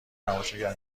تماشاگر